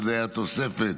שזאת התוספת